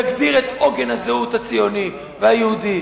יגדיר את העוגן הציוני והיהודי.